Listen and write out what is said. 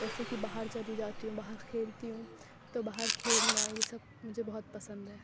جیسے کہ باہر چلی جاتی ہوں باہر کھیلتی ہوں تو باہر کھیلنا یہ سب مجھے بہت پسند ہے